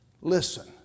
Listen